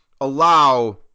allow